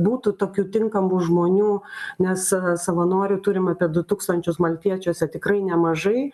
būtų tokių tinkamų žmonių nes savanorių turim apie du tūkstančius maltiečiuose tikrai nemažai